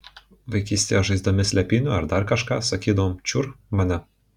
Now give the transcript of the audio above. vaikystėje žaisdami slėpynių ar dar kažką sakydavom čiur mane